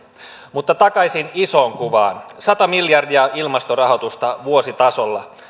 mutta takaisin isoon kuvaan sata miljardia ilmastorahoitusta vuositasolla